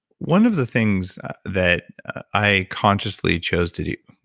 one of the things that i consciously chose to do.